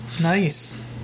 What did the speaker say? Nice